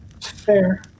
Fair